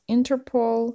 Interpol